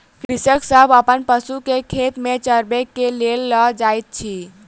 कृषक सभ अपन पशु के खेत में चरबै के लेल लअ जाइत अछि